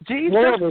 Jesus